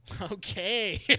Okay